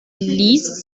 ließ